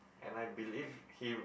and I believed him